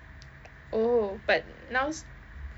oh but now